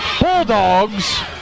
Bulldogs